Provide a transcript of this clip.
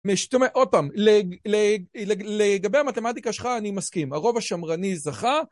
משתמע, לגבי המתמטיקה שלך אני מסכים, הרוב השמרני זכה.